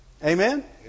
Amen